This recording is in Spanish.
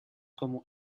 como